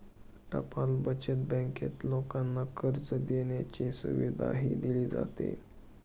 टपाल बचत बँकेत लोकांना कर्ज देण्याची सुविधाही दिली जाते